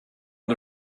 the